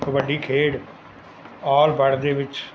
ਕਬੱਡੀ ਖੇਡ all world ਦੇ ਵਿੱਚ